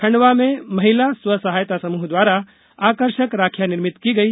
खंडवा में महिला स्वसहायता समूह द्वारा आकर्षक राखियां निर्मित की गई